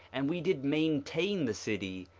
and we did maintain the city.